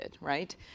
right